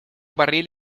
barril